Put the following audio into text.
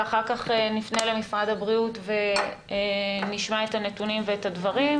ואחר כך נפנה למשרד הבריאות ונשמע את הנתונים ואת הדברים,